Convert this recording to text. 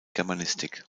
germanistik